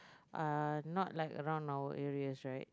are not like around our areas right